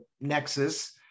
nexus